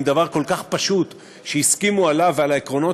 אם דבר כל כך פשוט שהסכימו עליו ועל העקרונות